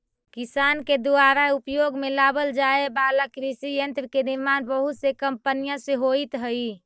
किसान के दुयारा उपयोग में लावल जाए वाला कृषि यन्त्र के निर्माण बहुत से कम्पनिय से होइत हई